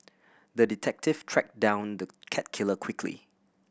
the detective tracked down the cat killer quickly